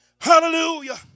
Hallelujah